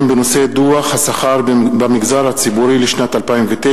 בעקבות דיון מהיר בנושא: דוח השכר במגזר הציבורי לשנת 2009,